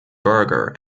berger